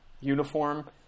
uniform